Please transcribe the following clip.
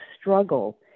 struggle